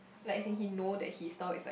like since he know that his style is like